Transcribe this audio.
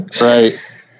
Right